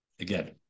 again